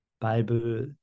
Bible